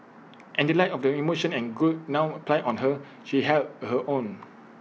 in the light of the emotion and guilt now piled on her she held her own